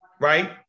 right